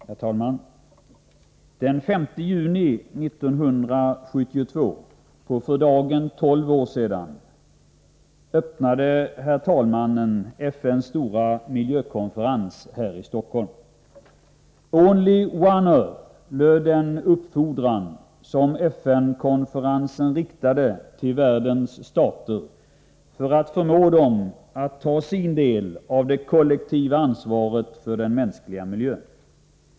Herr talman! Den 5 juni 1972, för på dagen 12 år sedan, öppnades FN:s stora miljökonferens här i Stockholm. ”Only one earth”, löd den uppfordran som FN-konferensen riktade till världens stater för att förmå dem att ta sin del av det kollektiva ansvaret för den mänskliga miljön.